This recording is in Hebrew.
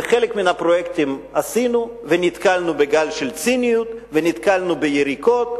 וחלק מן הפרויקטים עשינו ונתקלנו בגל של ציניות ונתקלנו ביריקות.